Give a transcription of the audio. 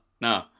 no